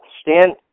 stand